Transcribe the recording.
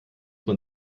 man